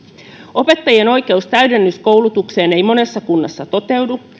opettajien oikeus täydennyskoulutukseen ei monessa kunnassa toteudu